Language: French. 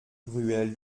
ruelle